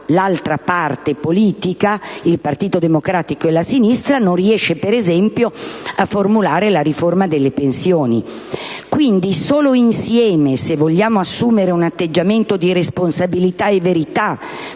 l'altra parte politica (il Partito Democratico e la sinistra) non riesce a formulare la riforma delle pensioni. Solo insieme, se vogliamo assumere un atteggiamento di responsabilità e di verità,